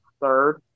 third